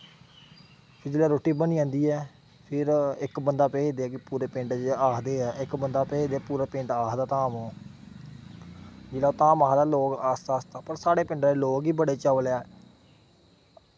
जिसलै रोटी बनी जंदी ऐ फिर इक बंदा भेजदे कि पूरे पिंड च आखदे ऐ इक बंदा भेजदे पूरे पिंड आखदा ओह् धाम जिसलै आखदे धाम लोक आस्तै आस्तै पर साढ़े पिंड दे लोग बी बड़े चवल ऐ